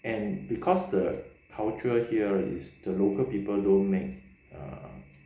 and because the culture here is the local people don't make err